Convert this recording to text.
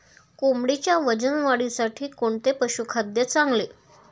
कोंबडीच्या वजन वाढीसाठी कोणते पशुखाद्य चांगले?